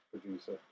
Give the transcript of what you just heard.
producer